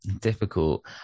Difficult